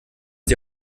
die